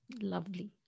Lovely